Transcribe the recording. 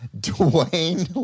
Dwayne